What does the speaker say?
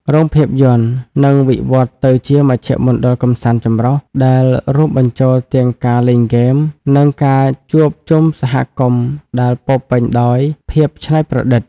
រោងភាពយន្តនឹងវិវឌ្ឍទៅជាមជ្ឈមណ្ឌលកម្សាន្តចម្រុះ ដែលរួមបញ្ចូលទាំងការលេងហ្គេម និងការជួបជុំសហគមន៍ដែលពោរពេញដោយភាពច្នៃប្រឌិត។